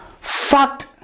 fact